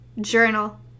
Journal